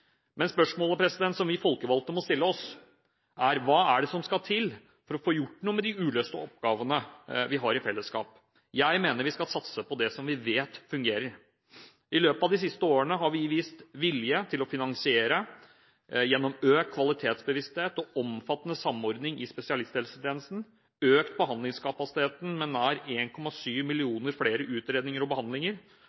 Men spørsmålet vi som folkevalgte må stille oss, er: Hva er det som skal til for å få gjort noe med de uløste oppgavene vi har i fellesskap? Jeg mener vi skal satse på det som vi vet fungerer. I løpet av de siste årene har vi vist vilje til å finansiere gjennom økt kvalitetsbevissthet og omfattende samordning i spesialisthelsetjenesten og økt behandlingskapasiteten med nær